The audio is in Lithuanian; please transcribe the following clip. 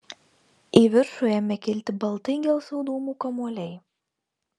į viršų ėmė kilti baltai gelsvų dūmų kamuoliai